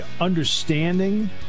understanding